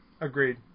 Agreed